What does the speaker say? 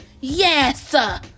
yes